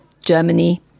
Germany